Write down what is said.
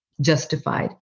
justified